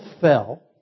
fell